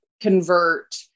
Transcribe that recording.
convert